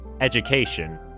education